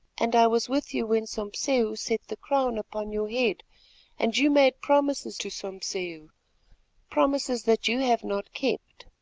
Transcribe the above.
and i was with you when sompseu set the crown upon your head and you made promises to sompseu promises that you have not kept.